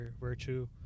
virtue